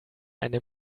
eine